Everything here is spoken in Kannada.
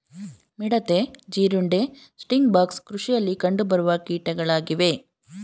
ಮಿಡತೆ, ಜೀರುಂಡೆ, ಸ್ಟಿಂಗ್ ಬಗ್ಸ್ ಕೃಷಿಯಲ್ಲಿ ಕಂಡುಬರುವ ಕೀಟಗಳಾಗಿವೆ